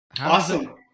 Awesome